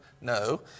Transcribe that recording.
No